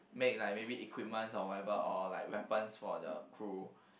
make like maybe equipments or whatever or like weapons for the crew